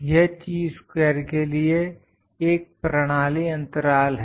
यह chi square के लिए एक प्रणाली अंतराल है